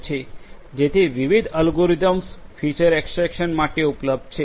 જેથી વિવિધ algorithms feature extraction માટે ઉપલબ્ધ છે